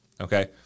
okay